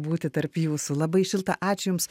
būti tarp jūsų labai šilta ačiū jums